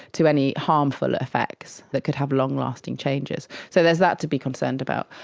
to any harmful effects that could have long-lasting changes. so there's that to be concerned about.